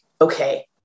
okay